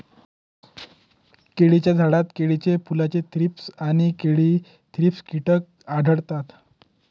केळीच्या झाडात केळीच्या फुलाचे थ्रीप्स आणि केळी थ्रिप्स कीटक आढळतात